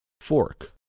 fork